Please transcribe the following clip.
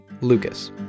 Lucas